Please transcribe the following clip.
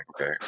okay